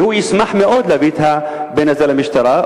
והוא ישמח מאוד להביא את הבן הזה למשטרה,